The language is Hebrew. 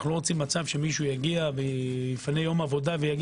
אנו לא רוצים שמישהו יפנה יום עבודה ויגיע